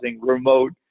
remote